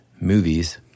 movies